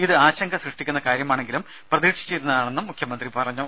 ഇത് ആശങ്ക സൃഷ്ടിക്കുന്ന കാര്യമാണെങ്കിലും പ്രതീക്ഷിച്ചിരുന്നതാണെന്നും മുഖ്യമന്ത്രി പറഞ്ഞു